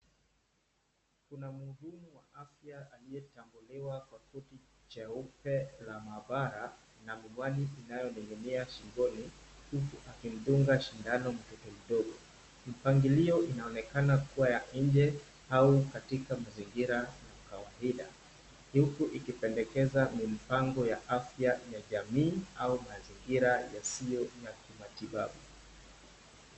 Kuna mhudumu wa afya aliyetambuliwa kwa koti cheupe la maabara na miwani inayoning’inia shingoni, huku akimdunga sindano mtoto mdogo. Mpangilio inaonekana kuwa ya nje au katika mazingira ya kawaida, huku ikipendekeza ni mpango ya afya ya jamii au mazingira yasiyo ya kimatabibu.